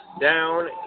down